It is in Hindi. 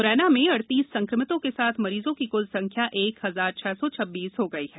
मुरैना में अड़तीस संक्रमितों के साथ मरीजों की कुल संख्या एक हजार छह सौ छब्बीस हो गई है